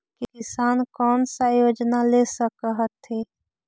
किसान कोन सा योजना ले स कथीन?